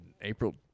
April